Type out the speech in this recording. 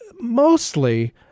mostly